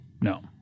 No